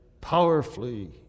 powerfully